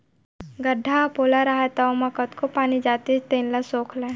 गड्ढ़ा ह पोला रहय त ओमा कतको पानी जातिस तेन ल सोख लय